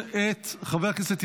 חברי הכנסת,